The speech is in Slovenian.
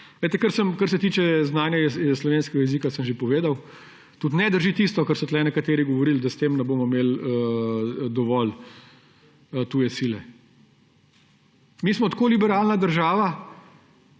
Kar se tiče znanja slovenskega jezika, sem že povedal. Tudi ne drži tisto, kar so tu nekateri govorili, da s tem ne bomo imel dovolj tuje sile. Mi smo tako liberalna država,